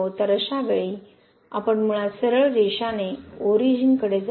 तर अशावेळी आपण मुळात सरळ रेषाने ओरिजिन कडे जाऊ